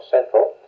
Central